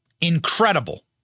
Incredible